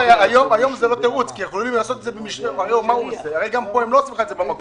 היום זה לא תירוץ כי הרי גם בישראל הם לא עושים את התעודה במקום,